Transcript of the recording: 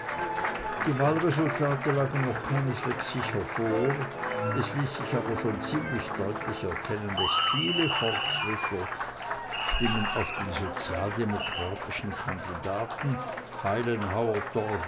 die wahlresultate lagen noch keineswegs sicher vor es ließ sich aber schon ziemlich deutlich erkennen daß viele fortschrittlerstimmen auf den sozialdemokratischen kandidaten feilenhauer